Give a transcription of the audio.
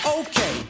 Okay